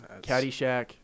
Caddyshack